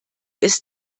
ist